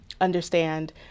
understand